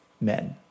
men